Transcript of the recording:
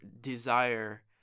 desire